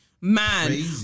man